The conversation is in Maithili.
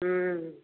हुँ